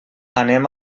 anem